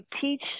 teach